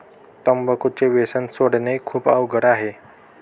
तंबाखूचे व्यसन सोडणे खूप अवघड आहे